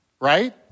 right